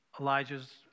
Elijah's